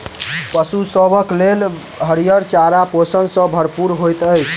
पशु सभक लेल हरियर चारा पोषण सॅ भरपूर होइत छै